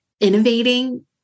innovating